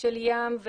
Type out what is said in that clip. של ים,